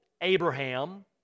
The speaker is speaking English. Abraham